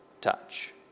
touch